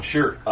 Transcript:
Sure